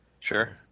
Sure